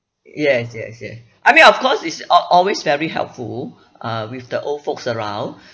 yes yes yes I mean of course it's al~ always very helpful uh with the old folks around